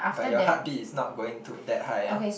but your heartbeat is not going to that high ah